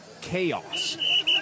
chaos